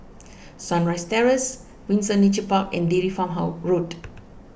Sunrise Terrace Windsor Nature Park and Dairy Farm How Road